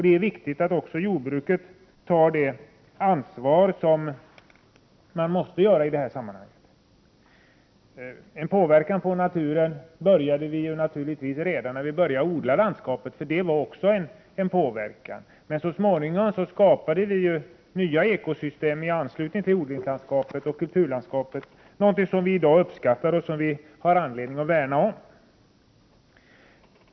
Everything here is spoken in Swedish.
Det är viktigt att även jordbruket tar det ansvar som krävs i det här sammanhanget. Naturen påverkades naturligtvis redan när vi började odla landskapet, för också det var en påverkan. Men så småningom skapade vi nya ekosystem i anslutning till odlingslandskapet och kulturlandskapet, någonting som vi i dag uppskattar och som vi har anledning att värna om.